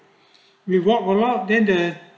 we want !walao! then the